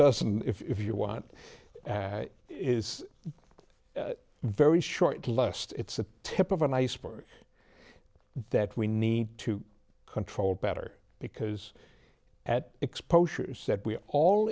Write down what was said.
doesn't if you want is a very short list it's the tip of an iceberg that we need to control better because at exposures that we're all